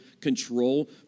control